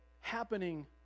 happening